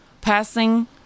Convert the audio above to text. passing